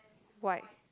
white